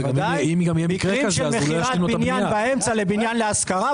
מקרים של מכירת בניין באמצע לבניין להשכרה?